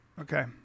okay